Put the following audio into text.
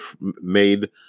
made